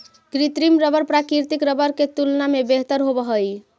कृत्रिम रबर प्राकृतिक रबर के तुलना में बेहतर होवऽ हई